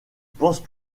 penses